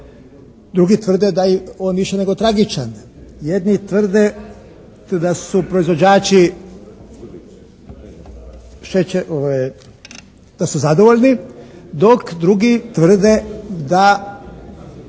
drugi tvrdi da je on ništa nego tragičan. Jedni tvrde da su proizvođači da su zadovoljni dok drugi tvrde da